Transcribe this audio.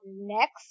next